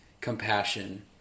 compassion